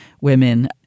women